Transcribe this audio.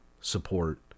support